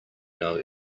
know